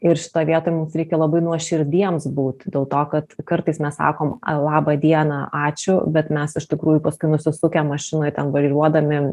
ir šitoj vietoj mums reikia labai nuoširdiems būti dėl to kad kartais mes sakom a laba diena ačiū bet mes iš tikrųjų paskui nusisukę mašinoj ten vairuodami